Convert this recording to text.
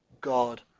God